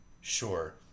sure